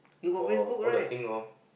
for all the things orh